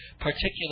particular